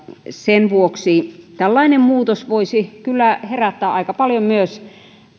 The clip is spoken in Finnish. sen vuoksi tällainen muutos voisi kyllä herättää aika paljon myös